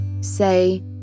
Say